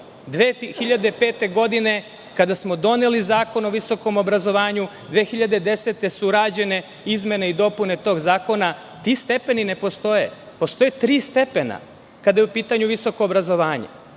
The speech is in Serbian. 2005. godine kada smo doneli Zakon o visokom obrazovanju, a 2010. godine su rađene izmene i dopune tog zakona, ti stepeni ne postoje. Postoje tri stepena kad je u pitanju visoko obrazovanje.